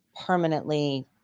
permanently